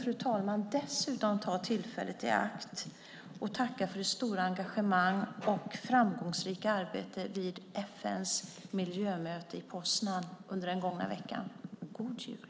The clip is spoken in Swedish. Jag vill dessutom ta tillfället i akt och tacka för det stora engagemanget och det framgångsrika arbetet vid FN:s miljömöte i Poznan under den gångna veckan. Och god jul!